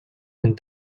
and